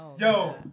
Yo